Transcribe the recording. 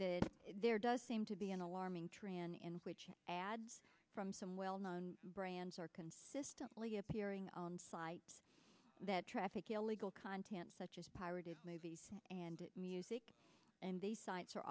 there does seem to be an alarming trend in which ads from some well known brands are consistently appearing on sites that traffic illegal content such as pirated movies and music and these sites are